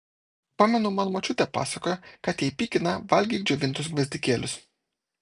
pamenu man močiutė pasakojo kad jei pykina valgyk džiovintus gvazdikėlius